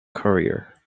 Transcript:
career